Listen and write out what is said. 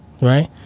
right